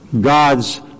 God's